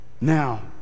Now